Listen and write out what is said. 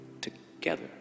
together